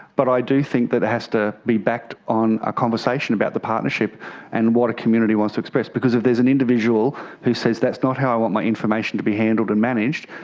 but i do think that it has to be backed on a conversation about the partnership and what a community wants to express, because if there's an individual who says that's not how i want my information to be handled and managed,